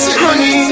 honey